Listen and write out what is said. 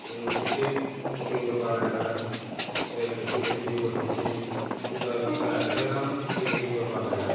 ticket booking करपा मेळटा रेल्वेची तशी बशीची तूं घर घरा कडेन रावन टिकीट बुकींग करपा मेळटा